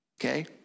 okay